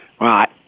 Right